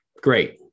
Great